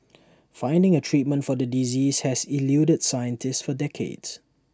finding A treatment for the disease has eluded scientists for decades